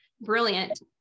brilliant